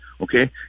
okay